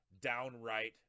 downright